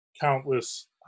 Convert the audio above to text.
countless